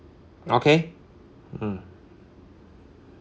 okay mm